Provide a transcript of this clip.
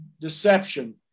deception